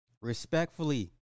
respectfully